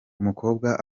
umukobwa